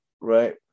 right